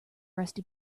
rusty